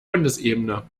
bundesebene